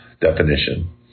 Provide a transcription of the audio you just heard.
definition